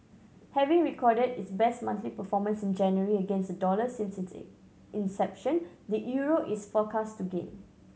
having recorded its best monthly performance in January against the dollar since its inception the euro is forecast to gain